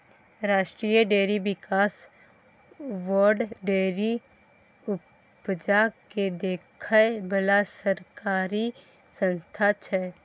राष्ट्रीय डेयरी बिकास board dairy उपजा केँ देखै बला सरकारी संस्था छै